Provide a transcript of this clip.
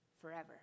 forever